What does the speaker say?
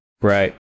Right